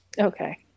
Okay